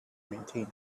maintain